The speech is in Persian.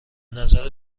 نظر